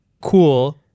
cool